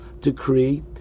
decree